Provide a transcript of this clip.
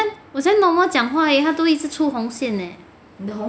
你看我才 normal 讲话而已它都一直出红线 eh